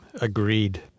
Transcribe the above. agreed